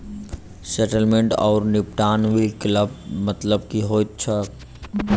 Settlement आओर निपटान विकल्पक मतलब की होइत छैक?